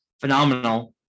phenomenal